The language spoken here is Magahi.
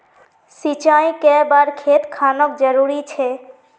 सिंचाई कै बार खेत खानोक जरुरी छै?